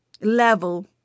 level